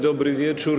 Dobry wieczór!